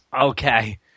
Okay